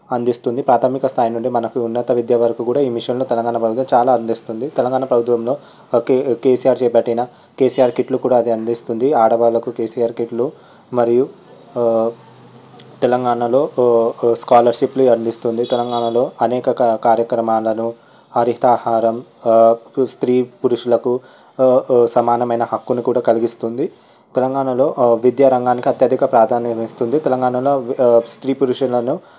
అందిస్తుంది ప్రాథమిక స్థాయి నుండి మనకు ఉన్నత విద్య వరకు కూడా ఈ విషయంలో తెలంగాణ ప్రభుత్వం చాలా అందిస్తుంది తెలంగాణ ప్రభుత్వంలో ఒకే ఒకే కేసీఆర్ చేపట్టిన కేసీఆర్ కిట్లు కూడా అది అందిస్తుంది ఆడవాళ్ళకు కేసీఆర్ కిట్లు మరియు తెలంగాణలో స్కాలర్షిప్లు అందిస్తుంది తెలంగాణలో అనేక కార్యక్రమాలలో హరితహారం స్త్రీ పురుషులకు సమానమైన హక్కును కూడా కలిగిస్తుంది తెలంగాణలో విద్యారంగానికి అత్యధిక ప్రాధాన్యత ఇస్తుంది తెలంగాణలో స్త్రీ పురుషులలో